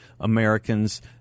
Americans